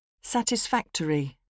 Satisfactory